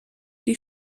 die